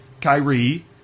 Kyrie